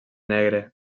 negre